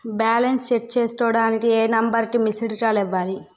Balance check చేసుకోవటానికి ఏ number కి మిస్డ్ కాల్ ఇవ్వాలి?